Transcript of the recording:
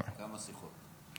כמה שיחות.